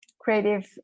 creative